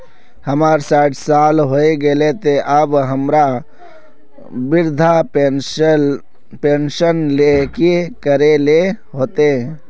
हमर सायट साल होय गले ते अब हमरा वृद्धा पेंशन ले की करे ले होते?